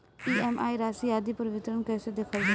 EMI राशि आदि पर विवरण कैसे देखल जाइ?